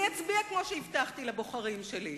אני אצביע כפי שהבטחתי לבוחרים שלי.